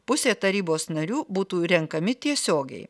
pusė tarybos narių būtų renkami tiesiogiai